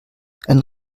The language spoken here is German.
einen